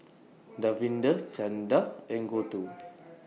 Davinder Chanda and Gouthu